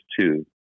two